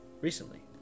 Recently